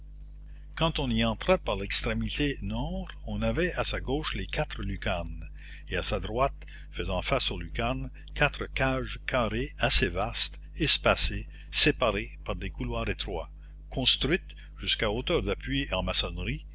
quand on y entrait par l'extrémité nord on avait à sa gauche les quatre lucarnes et à sa droite faisant face aux lucarnes quatre cages carrées assez vastes espacées séparées par des couloirs étroits construites jusqu'à hauteur d'appui en maçonnerie